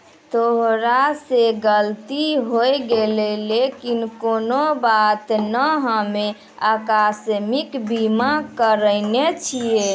तोरा से गलती होय गेलै लेकिन कोनो बात नै हम्मे अकास्मिक बीमा करैने छिये